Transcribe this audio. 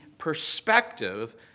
perspective